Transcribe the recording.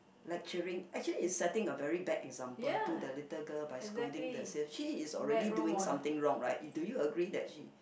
like cheering actually is setting a very bad example to the little girl by scolding the sales she is already doing something wrong right do you agree that she